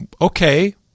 okay